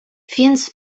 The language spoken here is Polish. więc